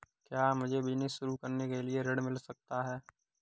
क्या मुझे बिजनेस शुरू करने के लिए ऋण मिल सकता है?